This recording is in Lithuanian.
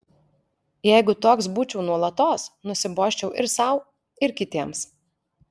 jeigu toks būčiau nuolatos nusibosčiau ir sau ir kitiems